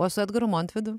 o su edgaru montvidu